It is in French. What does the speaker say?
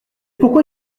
pourquoi